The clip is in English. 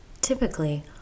Typically